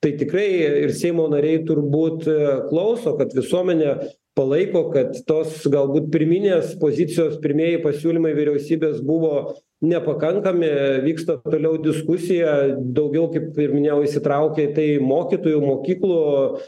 tai tikrai ir seimo nariai turbūt klauso kad visuomenė palaiko kad tos galbūt pirminės pozicijos pirmieji pasiūlymai vyriausybės buvo nepakankami vyksta toliau diskusija daugiau kaip ir minėjau įsitraukia į tai mokytojų mokyklų